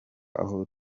aho